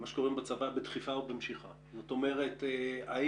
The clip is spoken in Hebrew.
אביא זווית נוספת של הנושא: לכאורה מדובר בנושא שאם